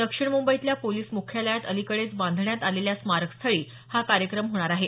दक्षिण मंबईतल्या पोलीस मुख्यालयात अलिकडेच बांधण्यात आलेल्या स्मारकस्थळी हा कार्यक्रम होणार आहे